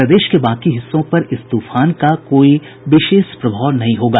प्रदेश के बाकी हिस्सों पर इस तूफान का कोई विशेष प्रभाव नहीं होगा